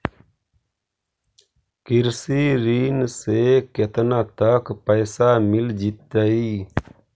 कृषि ऋण से केतना तक पैसा मिल जइतै?